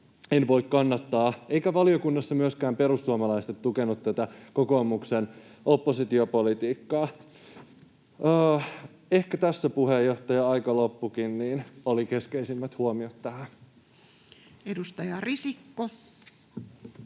en voi kannattaa, eivätkä valiokunnassa myöskään perussuomalaiset tukeneet tätä kokoomuksen oppositiopolitiikkaa. Ehkä tässä, puheenjohtaja. Aika loppuikin, ja nämä olivat keskeisimmät huomiot tähän. Edustaja Risikko